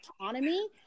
autonomy